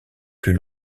plus